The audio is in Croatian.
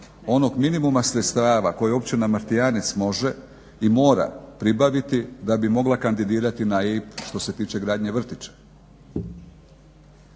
onog minimuma sredstava koje općina Martijanec može i mora pribaviti da bi mogla kandidirati na EIB što se tiče gradnje vrtića.